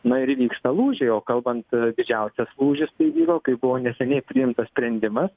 na ir įvyksta lūžiai o kalbant didžiausias lūžis tai vyko kai buvo neseniai priimtas sprendimas